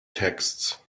texts